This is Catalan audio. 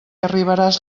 arribaràs